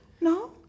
No